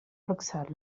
roxanne